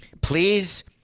Please